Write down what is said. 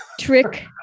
trick